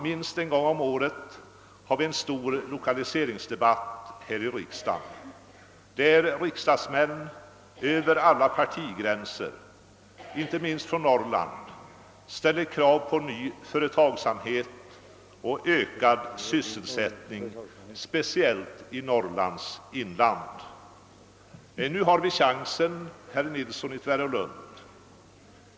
Minst en gång om året har vi en stor lokaliseringsdebatt här i riksdagen, där riksdagsmän över alla partigränser inte minst från Norrland ställer krav på ny företagsamhet och ökad sysselsättning speciellt i Norrlands inland. Nu har vi chansen, herr Nilsson i Tvärålund.